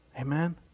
Amen